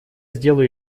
сделаю